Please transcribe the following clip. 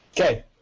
Okay